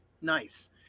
Nice